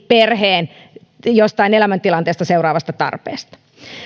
perheen elämäntilanteesta seuraavasta tarpeesta